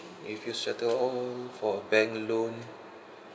if you settle for bank loan